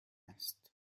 است